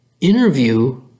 interview